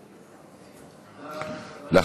בבקשה.